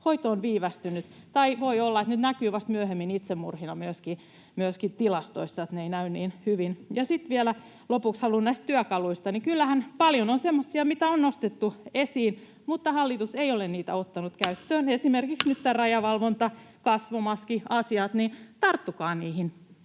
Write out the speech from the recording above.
hetkellä viivästynyt, tai voi olla, että ne näkyvät vasta myöhemmin myöskin itsemurhina tilastoissa, ne eivät vielä näy niin hyvin. Sitten vielä lopuksi haluan sanoa näistä työkaluista: Kyllähän paljon on semmoisia, mitä on nostettu esiin, mutta hallitus ei ole niitä ottanut käyttöön. Esimerkiksi nyt tämä rajavalvonta, kasvomaskiasiat — tarttukaa niihin.